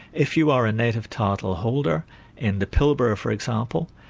if you are a native title holder in the pilbara, for example,